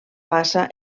bassa